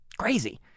Crazy